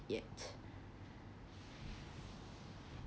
yet